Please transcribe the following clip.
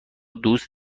دوست